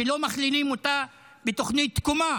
שלא מכלילים אותה בתוכנית תקומה.